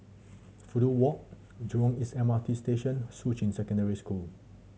Fudu Walk Jurong East M R T Station Shuqun Secondary School